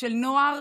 של נוער